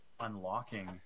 unlocking